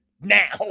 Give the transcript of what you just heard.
Now